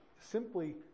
simply